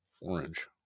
orange